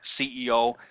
CEO